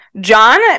John